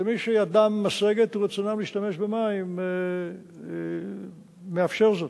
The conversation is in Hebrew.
למי שידם משגת ורצונם להשתמש במים מאפשר זאת.